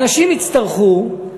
אנשים יצטרכו,